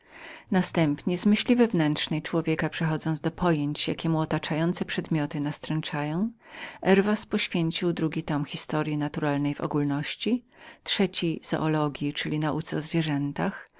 następnie z myśli wewnętrznej człowieka przechodząc do pojęć jakie mu otaczające go przedmioty nastręczają herwas poświęcił drugi tom historyi naturalnej w ogólności trzeci zoologii czyli nauce o zwierzętach